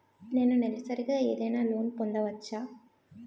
నేను నెలసరిగా ఏదైనా లోన్ పొందవచ్చా?